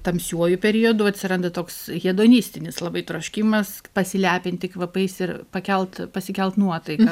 tamsiuoju periodu atsiranda toks hedonistinis labai troškimas pasilepinti kvapais ir pakelt pasikelt nuotaiką